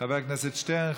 חבר הכנסת שטרן,